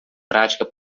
prática